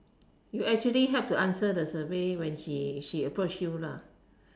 you actually help you answer the survey when she approach you lah